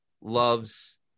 loves